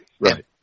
right